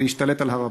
להשתלט על הר-הבית?